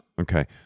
Okay